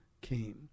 came